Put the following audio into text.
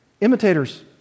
Imitators